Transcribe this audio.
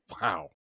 wow